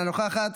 אינה נוכחת,